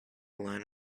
lent